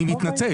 אני מתנצל.